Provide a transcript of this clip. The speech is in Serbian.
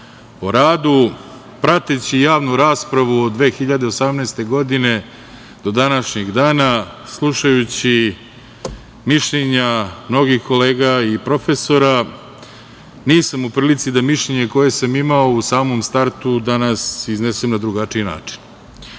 o radu, prateći javnu raspravu od 2018. godine do današnjeg dana, slušajući mišljenja mnogih kolega i profesora, nisam u prilici da mišljenje koje sam imao u samom startu danas iznesem na drugačiji način. Moje